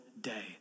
day